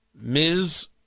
Ms